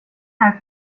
här